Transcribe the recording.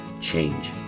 change